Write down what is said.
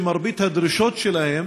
שמרבית הדרישות שלהם